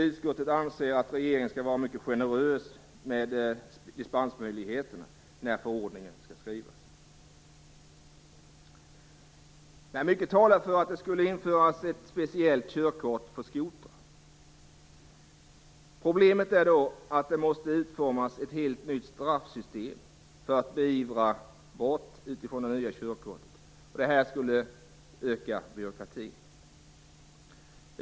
Utskottet anser att regeringen skall vara mycket generös med dispensmöjligheterna när förordningen skall skrivas. Mycket talar för ett speciellt körkort för skotrar. Problemet är då att ett helt nytt straffsystem måste utformas för att beivra brott utifrån det nya körkortet. Detta skulle öka byråkratin.